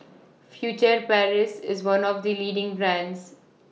Furtere Paris IS one of The leading brands